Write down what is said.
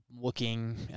looking